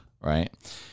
right